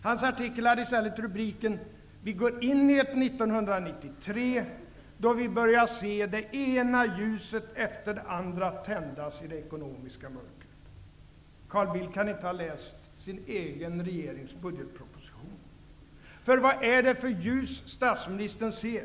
Hans artikel hade i stället rubriken: ''Vi går in i ett 1993 då vi börjar se det ena ljuset efter det andra tändas i det ekonomiska mörkret -- Carl Bildt kan inte ha läst sin egen regerings budgetproposition. Vad är det för ljus statsministern ser?